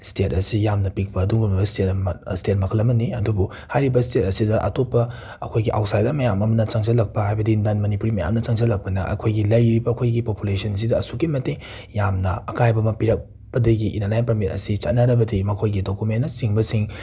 state ꯑꯁꯤ ꯌꯥꯝꯅ ꯄꯤꯛꯄ ꯑꯗꯨꯒꯨꯝꯂꯕ ꯁ꯭ꯇꯦꯠ ꯁ꯭ꯇꯦꯠ ꯃꯈꯜ ꯑꯃꯅꯤ ꯑꯗꯨꯕꯨ ꯍꯥꯏꯔꯤꯕ ꯁ꯭ꯇꯦꯠ ꯑꯁꯤꯗ ꯑꯩꯇꯣꯞꯄ ꯑꯈꯣꯏꯒꯤ ꯑꯥꯎꯁꯥꯏꯗꯔ ꯃꯌꯥꯝ ꯑꯝꯅ ꯆꯪꯁꯜꯂꯛꯄ ꯍꯥꯏꯕꯗꯤ ꯅꯟ ꯃꯅꯤꯄꯨꯔꯤ ꯃꯌꯥꯝꯅ ꯆꯪꯖꯜꯂꯛꯄꯅ ꯑꯩꯈꯣꯏꯒꯤ ꯂꯩꯔꯤꯕ ꯑꯩꯈꯣꯏꯒꯤ ꯄꯣꯄꯨꯂꯦꯁꯟꯖꯤꯗ ꯑꯁꯨꯛꯀꯤ ꯃꯇꯤꯛ ꯌꯥꯝꯅ ꯑꯀꯥꯏꯕ ꯑꯃ ꯄꯤꯔꯛꯄꯗꯒꯤ ꯏꯅꯔ ꯂꯥꯏꯟ ꯄꯔꯃꯤꯠ ꯑꯁꯤ ꯆꯠꯅꯔꯕꯗꯤ ꯃꯈꯣꯏꯒꯤ ꯗꯣꯀꯨꯃꯦꯟꯅꯆꯤꯡꯕꯁꯤꯡ